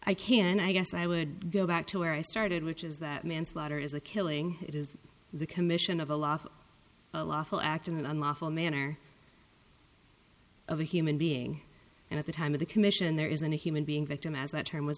i can i guess i would go back to where i started which is that manslaughter is a killing it is the commission of a law a lawful act in an unlawful manner of a human being and at the time of the commission there isn't a human being victim as that term was